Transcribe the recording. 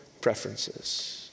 preferences